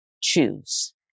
choose